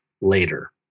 later